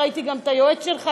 ראיתי את היועץ שלך,